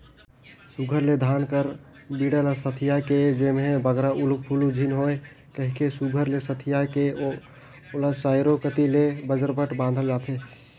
सुग्घर ले धान कर बीड़ा ल सथियाए के जेम्हे बगरा उलु फुलु झिन होए कहिके सुघर ले सथियाए के ओला चाएरो कती ले बजरबट बाधल जाथे